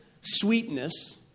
sweetness